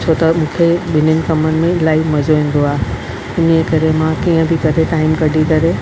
छो त मूंखे ॿिन्हिन कमनि में इलाही मज़ो ईंदो आहे इन्हीअ करे मां कीअं बि करे टाईम कढी करे